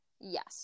Yes